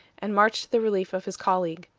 and marched to the relief of his colleague.